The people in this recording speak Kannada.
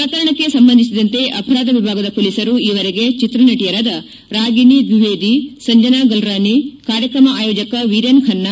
ಪ್ರಕರಣಕ್ಕೆ ಸಂಬಂಧಿಸಿದಂತೆ ಆಪರಾಧ ವಿಭಾಗದ ಪೊಲೀಸರು ಈವರೆಗೆ ಚಿತ್ರನಟಿಯರಾದ ರಾಗಿಣಿ ದ್ವಿವೇದಿ ಸಂಜನಾ ಗಲ್ರಾನಿ ಕಾರ್ಯಕ್ರಮ ಆಯೋಜಕ ವೀರೇನ್ ಖನ್ನ